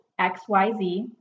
XYZ